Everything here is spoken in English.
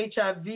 HIV